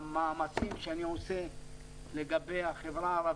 במאמצים שאני עושה לגבי החברה הערבית,